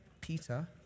Peter